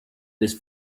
this